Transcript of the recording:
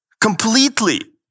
completely